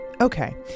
okay